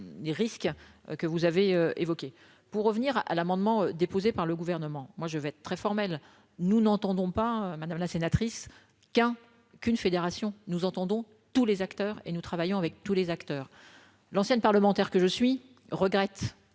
les risques que vous avez évoquées pour revenir à l'amendement déposé par le gouvernement, moi je vais être très formel, nous n'entendons pas madame la sénatrice. Qu'un qu'une fédération, nous entendons tous les acteurs, et nous travaillons avec tous les acteurs, l'ancienne parlementaire que je suis regrette